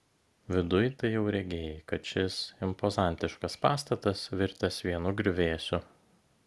viduj tai jau regėjai kad šis impozantiškas pastatas virtęs vienu griuvėsiu